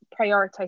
prioritize